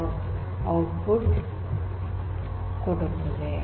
ಎಂದು ಔಟ್ಪುಟ್ ಕೊಡುತ್ತದೆ